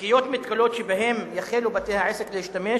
השקיות המתכלות שבהן יחלו בתי-העסק להשתמש